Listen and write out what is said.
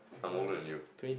I'm older than you